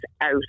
out